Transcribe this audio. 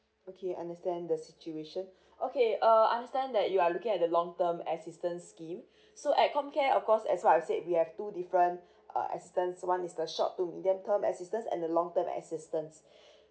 okay understand the situation okay uh understand that you are looking at the long term assistance scheme so at comcare of course as what I said we have two different uh assistance one is the short to medium term assistance and the long term assistance